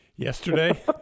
Yesterday